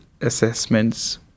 assessments